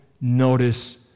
notice